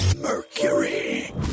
Mercury